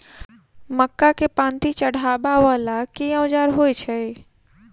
मक्का केँ पांति चढ़ाबा वला केँ औजार होइ छैय?